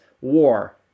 war